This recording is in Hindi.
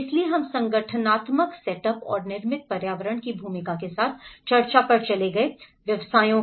इसलिए हम संगठनात्मक सेटअप और निर्मित पर्यावरण की भूमिका के साथ चर्चा पर चले गए व्यवसायों